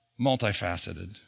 multifaceted